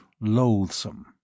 loathsome